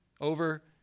over